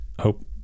hope